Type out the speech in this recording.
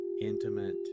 intimate